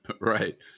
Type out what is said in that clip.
Right